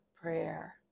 prayer